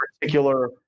particular